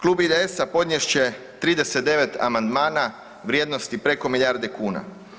Klub IDS-a podnest će 39 amandmana vrijednosti preko milijarde kuna.